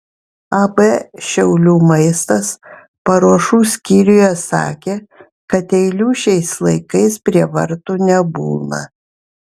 ab šiaulių maistas paruošų skyriuje sakė kad eilių šiais laikais prie vartų nebūna